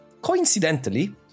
coincidentally